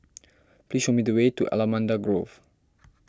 please show me the way to Allamanda Grove